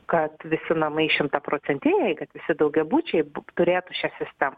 kad visi namai šimtaprocentiniai kad visi daugiabučiai turėtų šią sistemą